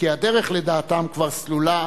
כי הדרך, לדעתם, כבר סלולה